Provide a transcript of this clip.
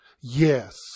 yes